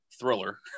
Thriller